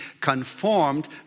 conformed